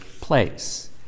place